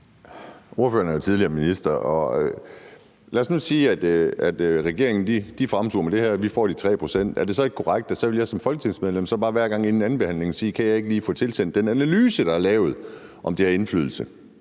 Ordføreren er jo tidligere minister, og hvis vi nu siger, at regeringen fremturer med det her og vi får de 3 pct., er det så ikke korrekt, at jeg som folketingsmedlem så bare inden andenbehandlingen af hvert eneste lovforslag kan sige: Kan jeg ikke lige få tilsendt den analyse, der er lavet, af, hvorvidt det har indflydelse?